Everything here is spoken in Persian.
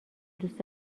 دوست